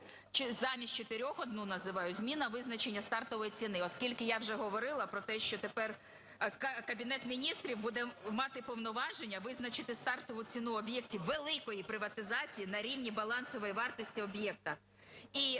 замість чотирьох одну називаю, зміна визначення стартової ціни. Оскільки я вже говорила про те, що тепер Кабінет Міністрів буде мати повноваження визначити стартову ціну об'єктів великої приватизації, на рівні балансової вартості об'єкта.